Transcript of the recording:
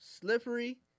slippery